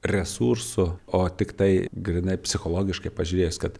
resursų o tiktai grynai psichologiškai pažiūrėjus kad